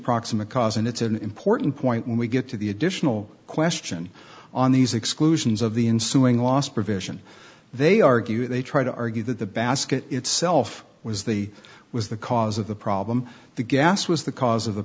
proximate cause and it's an important point when we get to the additional question on these exclusions of the ensuing loss provision they argue they try to argue that the basket itself was the was the cause of the problem the gas was the cause of the